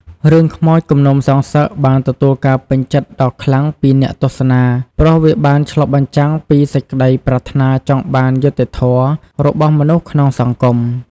រឿងខ្មោចគំនុំសងសឹកបានទទួលការពេញចិត្តដ៏ខ្លាំងពីអ្នកទស្សនា ព្រោះវាបានឆ្លុះបញ្ចាំងពី សេចក្តីប្រាថ្នាចង់បានយុត្តិធម៌ របស់មនុស្សក្នុងសង្គម។